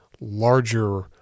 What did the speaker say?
larger